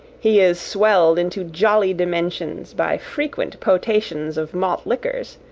he is swelled into jolly dimensions by frequent potations of malt liquors,